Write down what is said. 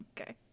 okay